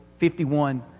51